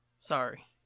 Sorry